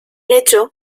hecho